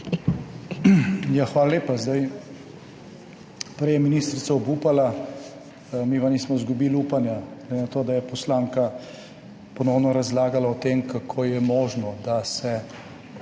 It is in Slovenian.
Hvala lepa. Prej je ministrica obupala, mi pa nismo izgubili upanja. Glede na to, da je poslanka ponovno razlagala o tem, kako je možno, da se